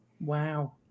Wow